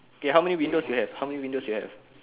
okay how many windows you have how many windows you have